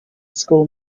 school